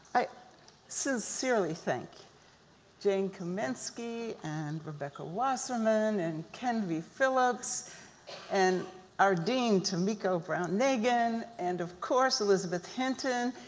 i sincerely thank jane kamensky, and rebecca wassarman, and kenvi phillps, and our dean tomiko brown-nagin, and of course, elizabeth hinton,